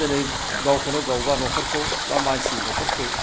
दिनै गावखौनोगाव बा न'खरखौ बा मानसिनि न'खरखौ